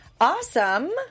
Awesome